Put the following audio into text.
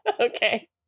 Okay